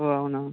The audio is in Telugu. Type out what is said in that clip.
ఓ అవునా